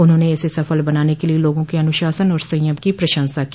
उन्होंने इसे सफल बनाने के लिए लोगों के अनुशासन और संयम की प्रशंसा की